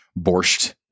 borscht